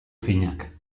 finak